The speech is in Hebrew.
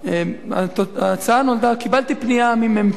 ההצעה נולדה, קיבלתי פנייה ממ"פ